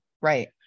Right